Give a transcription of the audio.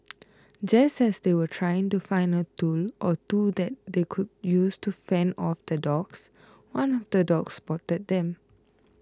just as they were trying to find a tool or two that they could use to fend off the dogs one of the dogs spotted them